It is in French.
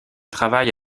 travaille